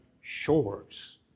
shores